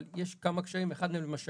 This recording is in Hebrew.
אבל יש כמה קשיים: אחד מהם למשל